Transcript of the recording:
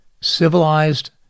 civilized